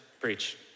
preach